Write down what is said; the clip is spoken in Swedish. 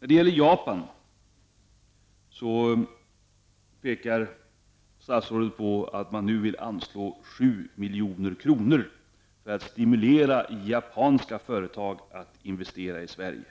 När det gäller Japan pekar statsrådet på att man nu vill anslå 7 milj.kr. för att stimulera japanska företag att investera i Sverige.